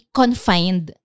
confined